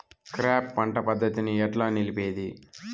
Crop పంట పద్ధతిని ఎట్లా నిలిపేది?